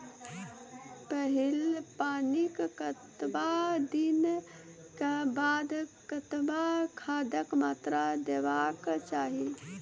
पहिल पानिक कतबा दिनऽक बाद कतबा खादक मात्रा देबाक चाही?